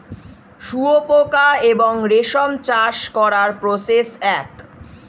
শুয়োপোকা এবং রেশম চাষ করার প্রসেস এক